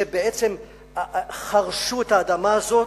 שבעצם חרשו את האדמה הזאת,